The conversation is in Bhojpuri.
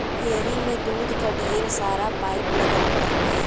डेयरी में दूध क ढेर सारा पाइप लगल होला